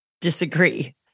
disagree